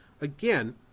again